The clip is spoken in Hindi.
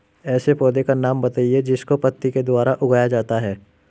ऐसे पौधे का नाम बताइए जिसको पत्ती के द्वारा उगाया जाता है